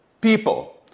people